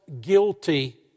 guilty